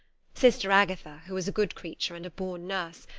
sister agatha, who is a good creature and a born nurse,